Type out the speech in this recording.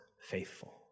faithful